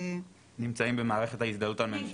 נמצאים במערכת ההזדהות הממשלתית.